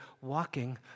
walking